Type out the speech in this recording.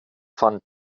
fand